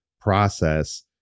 process